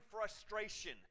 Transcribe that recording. frustration